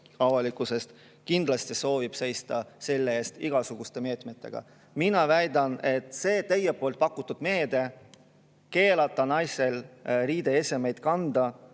avalikkusest kindlasti soovib ka seista selle eest igasuguste meetmetega. Mina väidan, et see teie pakutud meede keelata naisel riideesemeid kanda,